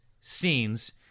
scenes